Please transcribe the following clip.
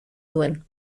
duen